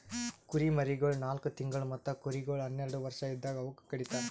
ಕುರಿಮರಿಗೊಳ್ ನಾಲ್ಕು ತಿಂಗುಳ್ ಮತ್ತ ಕುರಿಗೊಳ್ ಹನ್ನೆರಡು ವರ್ಷ ಇದ್ದಾಗ್ ಅವೂಕ ಕಡಿತರ್